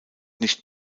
nicht